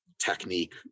technique